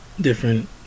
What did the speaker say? different